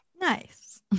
Nice